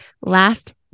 last